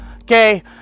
Okay